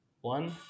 One